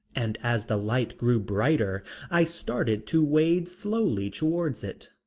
and as the light grew brighter i started to wade slowly towards it.